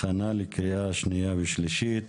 הכנה לקריאה שנייה ושלישית.